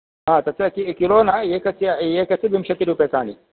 आ तत्र किलो न एकस्य एकस्य विंशतिः रूप्यकाणि